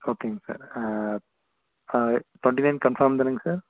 ஓகேங்க sir twenty nine confirm தானேங்க sir